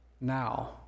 now